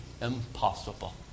impossible